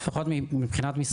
אם היה לי הכי